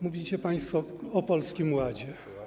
Mówicie państwo o Polskim Ładzie.